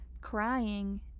Crying